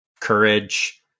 courage